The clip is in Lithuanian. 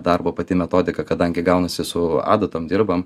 darbo pati metodika kadangi gaunasi su adatom dirbam